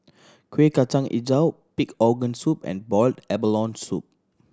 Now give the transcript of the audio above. Kueh Kacang Hijau pig organ soup and boiled abalone soup